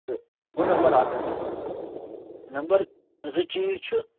تہٕ گوٚو نمبر اکھ چیٖز نمبر زٕ چیٖز چھُ